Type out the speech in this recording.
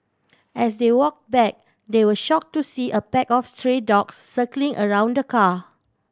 as they walk back they were shock to see a pack of stray dogs circling around the car